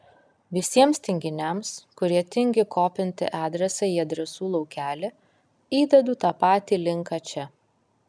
visiems tinginiams kurie tingi kopinti adresą į adresų laukelį įdedu tą patį linką čia